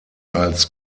als